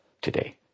today